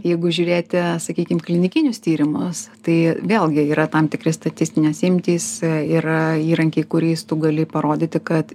jeigu žiūrėti sakykim klinikinius tyrimus tai vėlgi yra tam tikri statistinės imtys yra įrankiai kuriais tu gali parodyti kad